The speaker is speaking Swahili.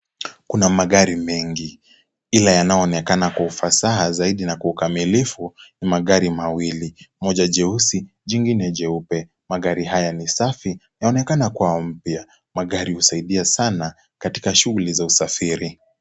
Kuna magari mengi ila yanayoonekana kwa ufasaha zaidi na kwa ukamilifu ni magari mawili, moja jeusi, jingine jeupe. Magari haya ni safi ,yanaonekena kuwa mpya. Magari husaidia sana katika shughuli za usafiri.